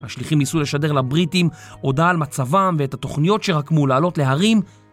השליחים ניסו לשדר לבריטים הודעה על מצבם ואת התוכניות שרקמו לעלות להרים